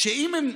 שאם הן